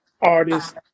artist